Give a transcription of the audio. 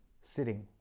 sitting